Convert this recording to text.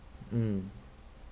mm